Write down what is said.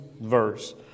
verse